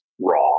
raw